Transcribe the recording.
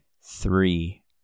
three